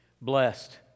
blessed